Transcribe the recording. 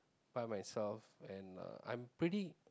by myself and I'm pretty